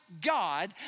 God